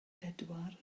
bedwar